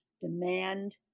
demand